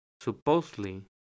supposedly